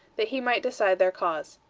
that he might decide their cause.